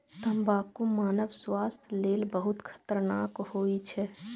तंबाकू मानव स्वास्थ्य लेल बहुत खतरनाक होइ छै